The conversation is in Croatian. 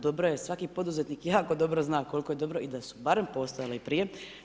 Dobro je, svaki poduzetnik jako dobro zna koliko je dobro i da su barem postojale i prije.